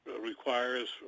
requires